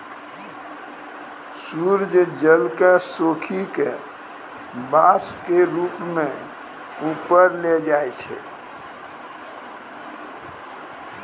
सूर्य जल क सोखी कॅ वाष्प के रूप म ऊपर ले जाय छै